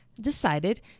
decided